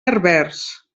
herbers